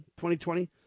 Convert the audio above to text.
2020